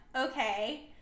Okay